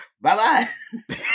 Bye-bye